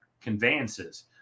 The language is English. conveyances